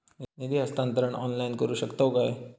निधी हस्तांतरण ऑनलाइन करू शकतव काय?